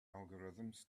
algorithms